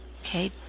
okay